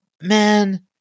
man